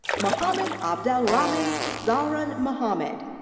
mohamed abdelrahman zahran mohamed.